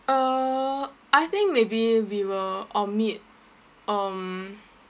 uh I think maybe we will omit um